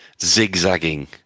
zigzagging